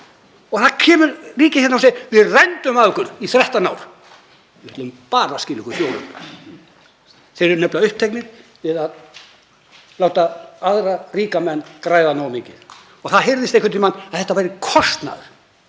Þá kemur ríkið og segir: Við rændum af ykkur í 13 ár en við ætlum bara að skila ykkur fjórum. Þeir eru nefnilega uppteknir við að láta aðra ríka menn græða nógu mikið. Það heyrðist einhvern tímann að þetta væri kostnaður.